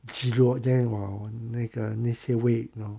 挤 loh there 我闻那个那些味道